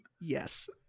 yes